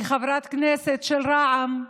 כחברת כנסת של רע"ם,